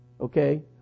okay